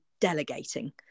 delegating